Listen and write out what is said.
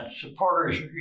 supporters